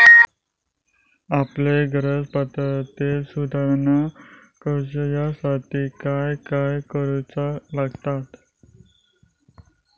आपल्या कर्ज पात्रतेत सुधारणा करुच्यासाठी काय काय करूचा लागता?